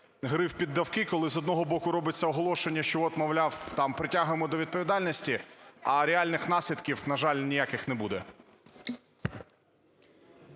гри в піддавки, коли, з одного боку, робиться оголошення, що от, мовляв, притягнемо до відповідальності, а реальних наслідків, на жаль, ніяких не буде.